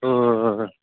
हो हो हो हो